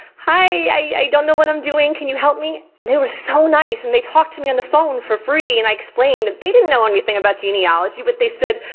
hi i don't know what i'm doing, can you help me? and they were so nice and they talked to me on the phone for free and i explained. but they didn't know anything about genealogy, but they said,